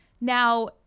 Now